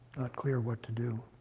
clear what to do.